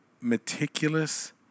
meticulous